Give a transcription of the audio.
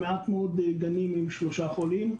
מעט מאוד גנים עם שלושה חולים.